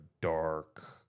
dark